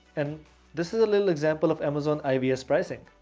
and this is a little example of amazon ivs pricing.